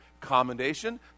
Commendation